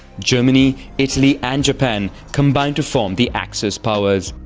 germany, italy and japan combine to form the axis powers.